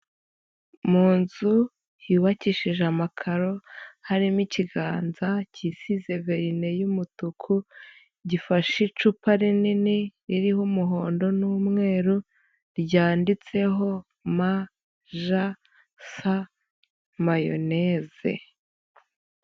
Mu nzu yubakishije amakaro harimo ikiganza kisize verine y'umutuku, gifashe icupa rinini ririho umuhondo n'umweru ryanditseho ma, ja, sa, mayoneze.